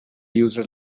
user